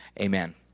Amen